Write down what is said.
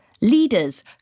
Leaders